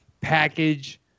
package